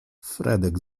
fredek